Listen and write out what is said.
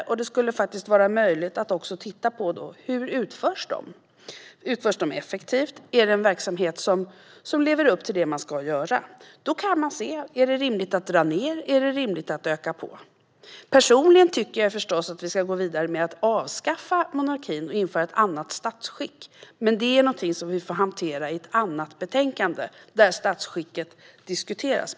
Detta skulle göra det möjligt att se på hur de utförs. Utförs de effektivt? Är det en verksamhet som lever upp till det man ska göra? På detta sätt kan vi se om det är rimligt att dra ned eller om det är rimligt att öka på. Personligen tycker jag förstås att vi ska gå vidare med att avskaffa monarkin och införa ett annat statsskick. Men det är någonting vi får hantera i ett annat betänkande, där statsskicket diskuteras.